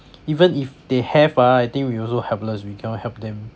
even if they have ah I think we also helpless we cannot help them